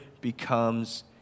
becomes